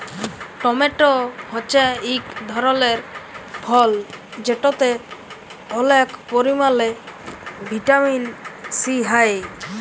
tomato হছে ইক ধরলের ফল যেটতে অলেক পরিমালে ভিটামিল সি হ্যয়